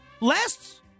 Last